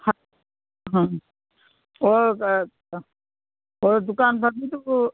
ꯑꯣ ꯑꯥ ꯍꯣ ꯗꯨꯀꯥꯟ ꯐꯝꯃꯤꯗꯨꯕꯨ